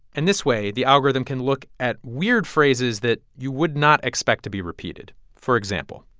and this way, the algorithm can look at weird phrases that you would not expect to be repeated. for example.